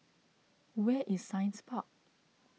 where is Science Park